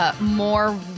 more